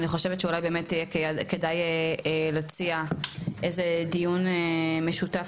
אני חושבת שאולי באמת יהיה כדאי להציע איזה דיון משותף